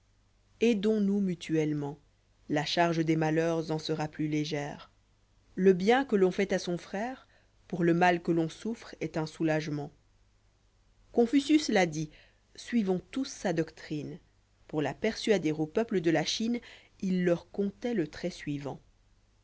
aidons nous mutuellement la charge des malheurs en sera plus légère le bien que l'on fait à son frère pour le mal que l'on souffre est un soulagement confucius l'a dit suivons tous sa doctrine pour la persuader aux peuples de la chine il leur contait le trait suivant